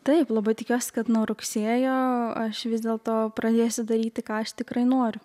taip labai tikiuosi kad nuo rugsėjo aš vis dėlto pradėsiu daryti ką aš tikrai noriu